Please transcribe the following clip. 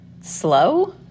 slow